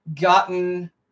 gotten